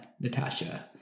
Natasha